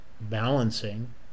balancing